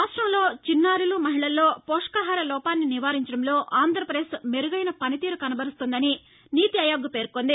రాష్టంలో చిన్నారులు మహిళల్లో పోషకాహార లోపాన్ని నివారించడంలో ఆంధ్రప్రదేక్ మెరుగైన పనితీరు కనబరుస్తున్నట్ల నీతిఆయోగ్ పేర్కొంది